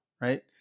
right